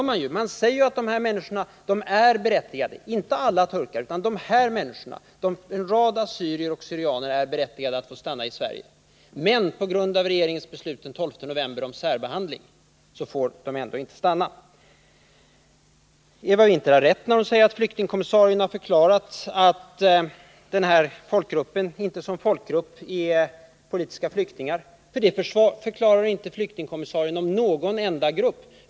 Man säger ju att de här människorna — inte alla turkar, men en rad assyrier och syrianer — är berättigade att stanna i Sverige men att de, på grund av regeringens beslut den 12 november om särbehandling, ändå inte får stanna. Eva Winther har rätt när hon säger att flyktingkommissarien har förklarat att människorna i den här folkgruppen inte som grupp är politiska flyktingar. Det förklarar nämligen inte flyktingkommissarien om någon enda grupp.